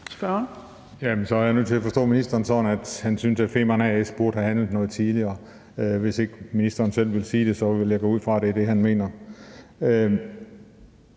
så er jeg nødt til at forstå ministeren sådan, at han synes, at Femern A/S burde have handlet noget tidligere. Hvis ikke ministeren selv vil sige det, vil jeg gå ud fra, at det er det, han mener.